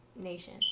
nation